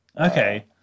okay